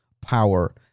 Power